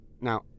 Now